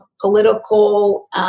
political